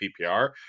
PPR